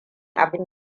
abin